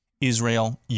Israel